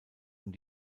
und